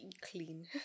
clean